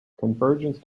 convergence